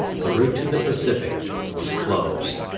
the route to the pacific was closed.